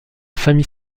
famille